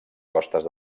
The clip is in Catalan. costes